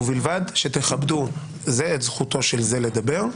ובלבד שתכבדו זה את זכותו של זה לדבר,